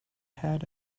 had